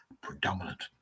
predominant